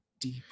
deep